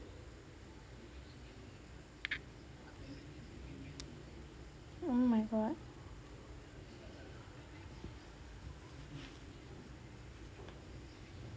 oh my god